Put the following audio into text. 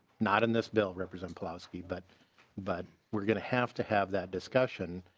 not in this bill represents clouds key but but we're going to have to have that discussion.